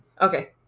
Okay